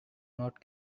not